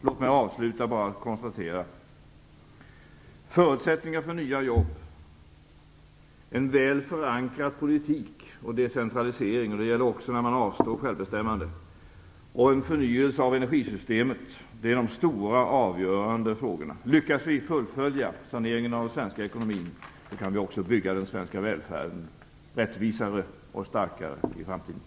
Låt mig avsluta med att bara konstatera att förutsättningar för nya jobb, en väl förankrad politik och decentralisering, vilket gäller också när man avstår från självbestämmande, och en förnyelse av energisystemet är de stora och avgörande frågorna. Lyckas vi fullfölja saneringen av den svenska ekonomin, kan vi också bygga den svenska välfärden rättvisare och starkare i framtiden.